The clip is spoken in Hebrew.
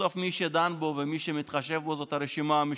בסוף מי שדן בו ומי שמתחשב בו הוא הרשימה המשותפת.